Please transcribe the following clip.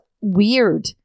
weird